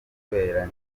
kubera